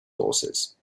horses